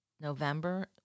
November